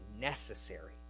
necessary